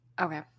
okay